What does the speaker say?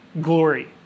glory